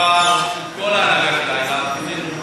לישיבה של כל ההנהגה של העדה הדרוזית.